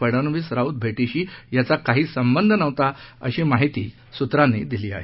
फडणवीस राऊत भेटीशी याचा काही संबंध नसल्याची माहिती सुत्रांनी दिली आहे